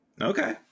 Okay